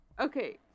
Okay